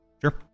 Sure